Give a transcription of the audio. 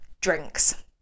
drinks